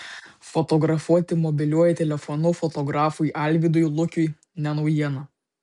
fotografuoti mobiliuoju telefonu fotografui alvydui lukiui ne naujiena